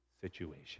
situation